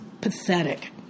pathetic